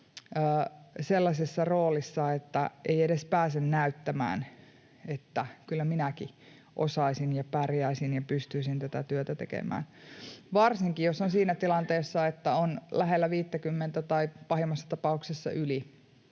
sellaisessa roolissa, että ei edes pääse näyttämään, että kyllä minäkin osaisin ja pärjäisin ja pystyisin tätä työtä tekemään — varsinkin jos on siinä tilanteessa, että on lähellä viittäkymmentä tai pahimmassa tapauksessa yli.